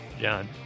john